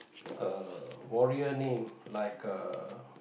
uh warrior name like uh